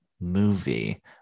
movie